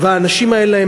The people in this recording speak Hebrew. והאנשים האלה,